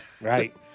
right